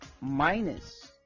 minus